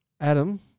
Adam